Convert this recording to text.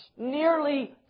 nearly